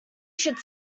should